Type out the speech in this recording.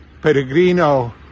peregrino